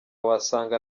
wasanga